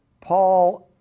Paul